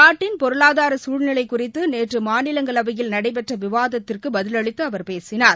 நாட்டின் பொருளாதாரசூழ்நிலைகுறித்துநேற்றுமாநிலங்களவையில் நடைபெற்றவிவாதத்திற்குபதிலளித்துஅவர் பேசினார்